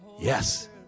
Yes